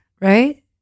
right